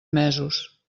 mesos